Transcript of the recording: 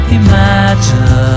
imagine